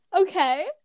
Okay